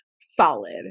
solid